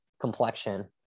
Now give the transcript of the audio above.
complexion